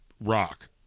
Rock